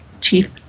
chief